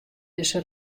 dizze